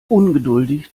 ungeduldig